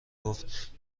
گفت